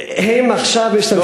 הם עכשיו משתמשים, לא.